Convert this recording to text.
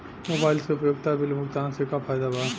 Mobile से उपयोगिता bill भुगतान से का फायदा बा?